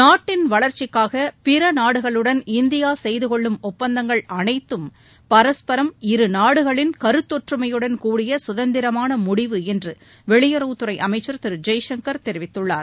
நாட்டின் வளர்ச்சிக்காக பிற நாடுகளுடன் இந்தியா செய்து கொள்ளும் ஒப்பந்தங்கள் அனைத்தும் பரஸ்பரம் இருநாடுகளின் கருத்தொற்றுமையுடன் கூடிய கதந்திரமான முடிவு என்று வெளியுறவுத்துறை அமைச்சர் திரு ஜெய்சங்கர் தெரிவித்துள்ளார்